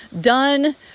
done